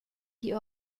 die